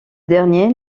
dernier